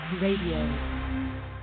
Radio